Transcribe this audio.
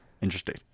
Interesting